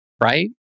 right